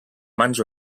mans